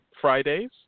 Fridays